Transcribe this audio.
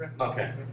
Okay